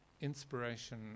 inspiration